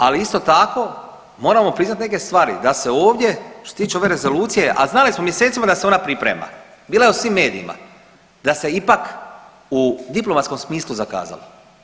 Ali isto tako moramo priznat neke stvari da se ovdje što se tiče ove rezolucije, a znali smo mjesecima da se ona priprema, bila je u svim medijima, da se ipak u diplomatskom smislu zakazala.